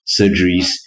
surgeries